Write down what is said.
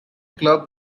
club